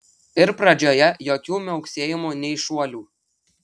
ir pradžioje jokių miauksėjimų nei šuolių